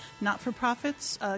not-for-profits